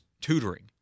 tutoring